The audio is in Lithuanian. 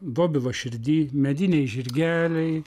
dobilo širdy mediniai žirgeliai